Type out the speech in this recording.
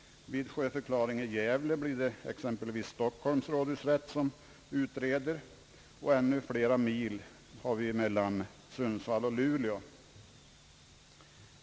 Vid sjöförklaring i Gävle blir det exempelvis Stockholms rådhusrätt som utreder, och ännu flera mil är det mellan Sundsvall och Luleå.